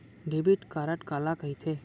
Debit card काला कहिथे?